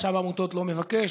רשם העמותות לא מבקש,